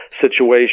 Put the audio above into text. situation